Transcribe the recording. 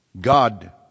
God